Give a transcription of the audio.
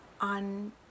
on